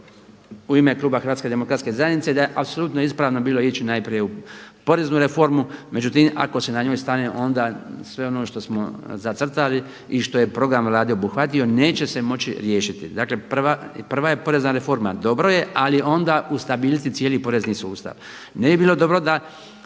u ime kluba Hrvatske demokratske zajednice da je apsolutno ispravno bilo ići najprije u poreznu reformu. Međutim, ako se na njoj stane onda sve ono što smo zacrtali i što je program Vlade obuhvatio neće se moći riješiti. Dakle, prva je porezna reforma dobro je, ali onda ustabiliti cijeli porezni sustav.